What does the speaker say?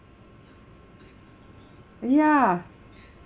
ya